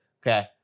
Okay